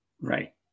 Right